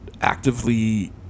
actively